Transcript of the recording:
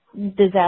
disaster